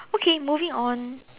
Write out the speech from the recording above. okay moving on